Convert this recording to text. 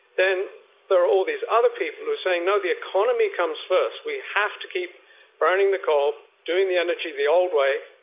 then there are all these other people who are saying, no, the economy comes first, we have to keep burning the coal, doing the energy the old way.